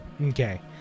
Okay